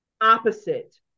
Opposite